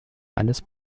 eines